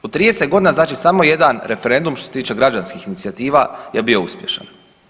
U 30.g. znači samo jedan referendum što se tiče građanskih inicijativa je bio uspješan.